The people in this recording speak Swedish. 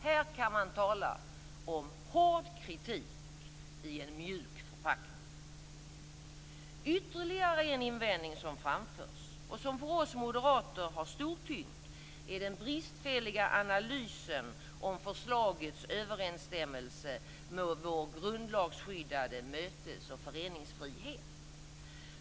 Här kan man tala om hård kritik i en mjuk förpackning! Ytterligare en invändning som framförs och som för oss moderater har stor tyngd är den bristfälliga analysen av förslagets överensstämmelse med vår grundlagsskyddade mötes och föreningsfrihet.